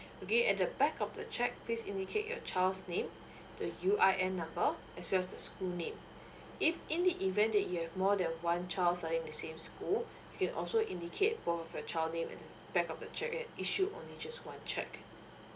okay at the back of the cheque please indicate your child's name the U_I_N number as well as the school name if in the event that you have more than one child's are in same school you can also indicate both of your child name at the back of the cheque and issue only just one cheque